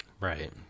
Right